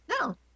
no